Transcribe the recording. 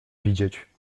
widzieć